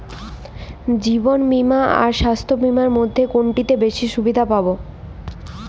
জীবন বীমা আর স্বাস্থ্য বীমার মধ্যে কোনটিতে বেশী সুবিধে পাব?